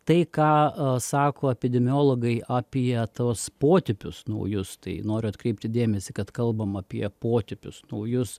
tai ką sako epidemiologai apie tuos potipius naujus tai noriu atkreipti dėmesį kad kalbam apie potipius naujus